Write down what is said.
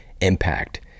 impact